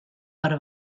per